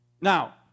Now